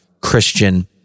Christian